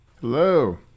Hello